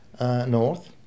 north